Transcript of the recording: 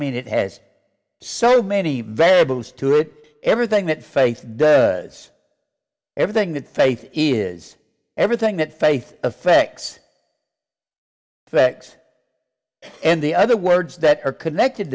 mean it has so many variables to it everything that faith does everything that faith is everything that faith affects effects and the other words that are connected